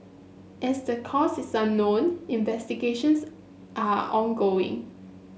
as the cause is unknown investigations are ongoing